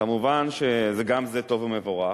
כמובן, גם זה טוב ומבורך,